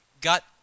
got